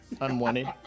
unwanted